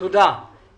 נראה מה לעשות.